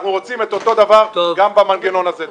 אנחנו רוצים את אותו דבר גם במנגנון הזה.